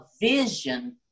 vision